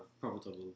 profitable